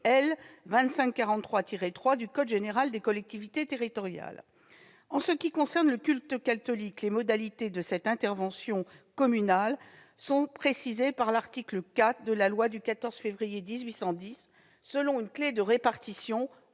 2543-3 du code général des collectivités territoriales. En ce qui concerne le culte catholique, les modalités de cette intervention communale sont précisées par l'article 4 de la loi du 14 février 1810, selon une clé de répartition « au